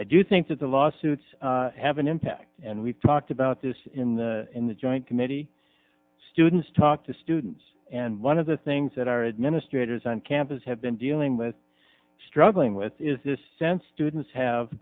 i do think that the lawsuits have an impact and we talked about this in the in the joint committee students talk to students and one of the things that our administrators on campus have been dealing with struggling with is this sense students have